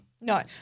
No